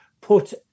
put